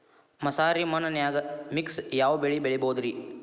ಮಸಾರಿ ಮಣ್ಣನ್ಯಾಗ ಮಿಕ್ಸ್ ಯಾವ ಬೆಳಿ ಬೆಳಿಬೊದ್ರೇ?